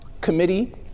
Committee